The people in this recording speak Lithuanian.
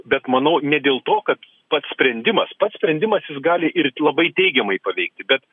bet manau ne dėl to kad pats sprendimas pats sprendimas jis gali ir labai teigiamai paveikti bet